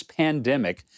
pandemic